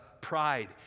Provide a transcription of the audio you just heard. pride